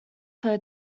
per